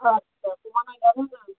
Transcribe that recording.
আচ্ছা